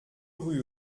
rue